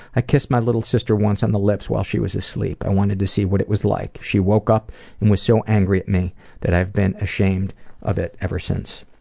i kissed my little sister once on the lips while she was asleep. i wanted to see what it was like. she woke up and was so angry at me that i've been ashamed of it ever since.